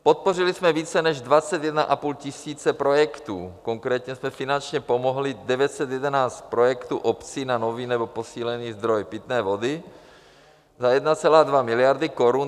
Podpořili jsme více než 21,5 tisíce projektů, konkrétně jsme finančně pomohli 911 projektům obcí na nový nebo posílený zdroj pitné vody za 1,2 miliardy korun.